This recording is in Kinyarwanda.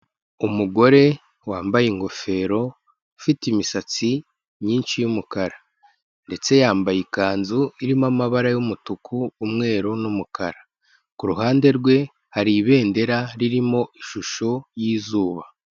Umugore wambaye ingofero ufite imisatsi myinshi y'umukara ndetse yambaye ikanzu irimo amabara y'umutuku, umweru n'umukara. Ku ruhande rwe hari ibendera ririmo ishusho y'izuba.